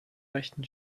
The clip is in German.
rechten